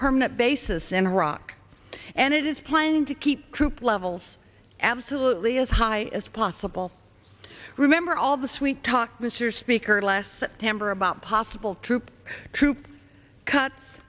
permanent bases in iraq and it is planning to keep troop levels absolutely as high as possible remember all the sweet talk mr speaker last september about possible troop troop cuts